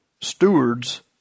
stewards